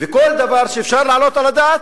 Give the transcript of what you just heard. וכל דבר שאפשר להעלות על הדעת,